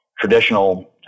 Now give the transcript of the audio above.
traditional